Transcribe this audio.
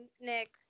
Nick